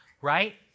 right